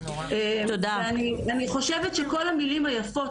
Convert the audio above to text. אני חושבת שכל המילים היפות,